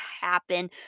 happen